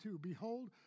Behold